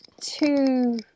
two